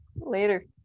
later